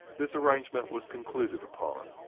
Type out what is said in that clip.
this arrangement was concluded upon.